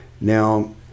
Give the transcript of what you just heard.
Now